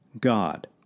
God